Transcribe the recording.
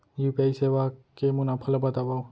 UPI सेवा के मुनाफा ल बतावव?